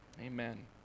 amen